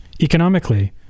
economically